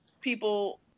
people